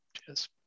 Cheers